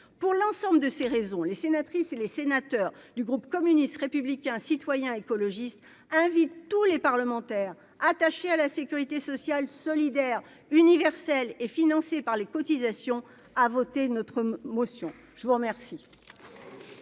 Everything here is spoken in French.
pour l'ensemble de ces raisons, les sénatrices et les sénateurs du groupe communiste républicain citoyen écologiste invite tous les parlementaires attachés à la sécurité sociale solidaire universel et financée par les cotisations à voté notre motion, je vous remercie.